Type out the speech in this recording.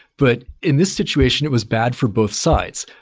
but in this situation, it was bad for both sides.